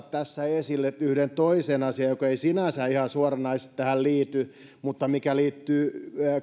tässä esille yhden toisen asian joka ei sinänsä ihan suoranaisesti tähän liity mutta joka liittyy